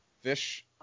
fish